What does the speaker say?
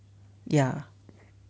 ya